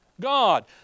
God